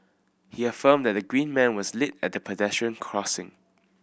he have affirmed that the green man was lit at the pedestrian crossing